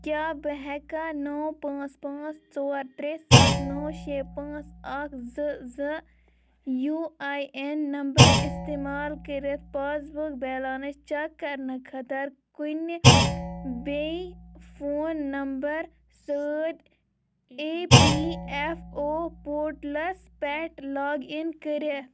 کیٛاہ بہٕ ہٮ۪کا نو پانژھ پانژھ ژور ترٛے سَتھ نو شےٚ پانژھ اَکھ زٕ زٕ یوٗ آی اٮ۪ن نمبر استعمال کٔرِتھ پاس بُک بٮ۪لَنٕس چیک کرنہٕ خٲطرٕ کُنہِ بیٚیہِ فون نمبر سۭتۍ اے پی ایف او پورٹلس پٮ۪ٹھ لاگ اِن کٔرتھ